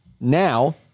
now